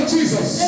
Jesus